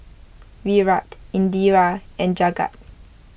Virat Indira and Jagat